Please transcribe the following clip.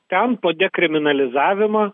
ten po dekriminalizavimo